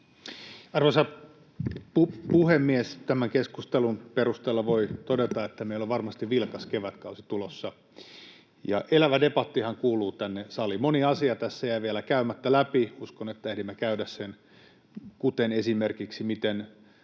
Arvoisa puhemies! Tämän keskustelun perusteella voi todeta, että meillä on varmasti vilkas kevätkausi tulossa, ja elävä debattihan kuuluu tänne saliin. Moni asia tässä jäi vielä käymättä läpi. Uskon, että ehdimme käydä läpi esimerkiksi sen,